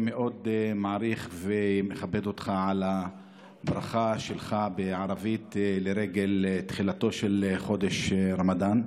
מאוד מעריך ומכבד אותך על הברכה שלך בערבית לרגל תחילתו של חודש רמדאן,